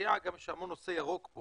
אמרו שמדובר בנושא ירוק כי